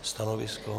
Stanovisko?